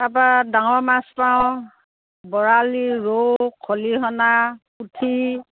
তাৰ পৰা ডাঙৰ মাছ পাওঁ বৰালি ৰৌ খলিহনা পুঠি